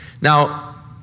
Now